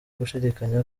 gushidikanya